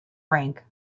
rank